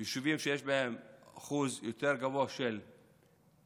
יישובים שיש בהם אחוז גבוה יותר של אובדנות,